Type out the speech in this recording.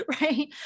Right